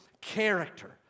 character